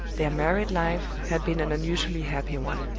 their married life had been an unusually happy one.